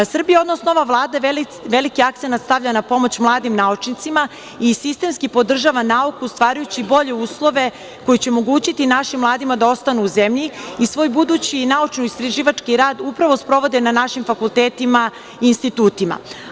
Srbija, odnosno ova Vlada veliki akcenat stavlja na pomoć mladim naučnicima i sistemski podržava nauku, stvarajući bolje uslove koji će omogućiti našim mladima da ostanu u zemlji i svoj budući naučnoistraživački rad upravo sprovode na našim fakultetima i institutima.